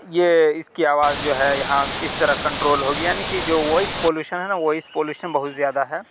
یہ اس کی آواز جو ہے یہاں اس طرح کنٹرول ہوگی یعنی کہ جو وائس پولوشن ہے نا وائس پولوشن بہت زیادہ ہے